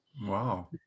wow